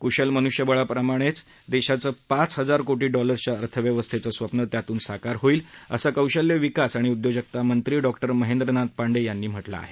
कुशल मनुष्यबळामुळेच देशाचं पाच हजार कोटी डॉलरच्या अर्थव्यवस्थेचं स्वप्न त्यातूनच साकार होईल असं कौशल्य विकास आणि उद्योजकता मंत्री डॉक्टर महेंद्रनाथ पांडे यांनी म्हटलं आहे